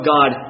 God